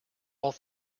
all